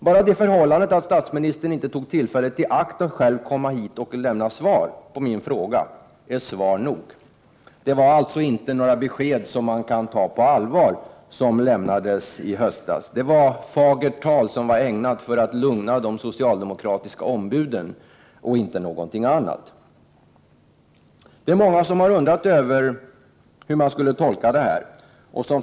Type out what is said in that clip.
Bara det förhållandet att statsministern inte tog tillfället i akt att själv komma hit och lämna svar på min interpellation är svar nog. Det var alltså inga besked som kan tas på allvar som lämnades i höstas. Det var bara fråga om fagert tal, som var ägnat att lugna de socialdemokratiska ombuden —- inte någonting annat. Det är många som har undrat över hur man skall tolka detta uttalande.